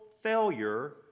failure